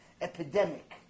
epidemic